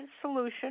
solution